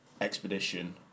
expedition